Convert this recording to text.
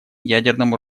ядерному